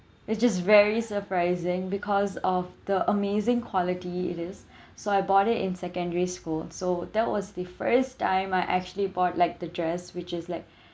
it's just very surprising because of the amazing quality it is so I bought it in secondary school so that was the first time I actually bought like the dress which is like